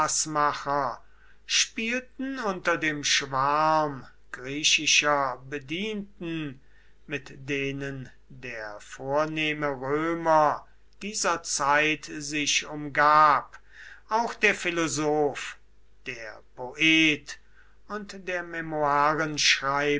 spielten unter dem schwarm griechischer bedienten mit denen der vornehme römer dieser zeit sich umgab auch der philosoph der poet und der